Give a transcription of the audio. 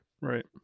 Right